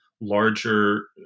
larger